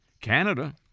Canada